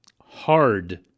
hard